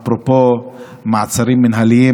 אפרופו מעצרים מינהליים,